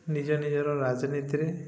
ନିଜ ନିଜର ରାଜନୀତିରେ